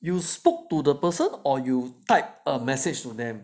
you spoke to the person or you type a message to them